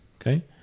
Okay